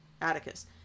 Atticus